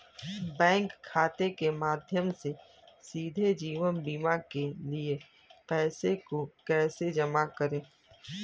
Bank खाते के माध्यम से सीधे जीवन बीमा के लिए पैसे को कैसे जमा करें?